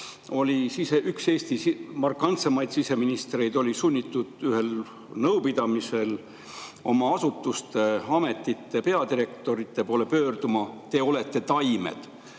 üks Eesti markantsemaid siseministreid sunnitud ühel nõupidamisel oma asutuste, ametite peadirektorite poole pöörduma: "Te olete taimed."